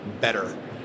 better